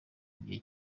igihe